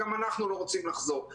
גם אנחנו לא רוצים לחזור.